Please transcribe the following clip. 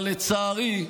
אבל לצערי,